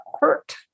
hurt